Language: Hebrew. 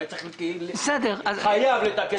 יש לכתוב שהוא חייב לתקן תקנות.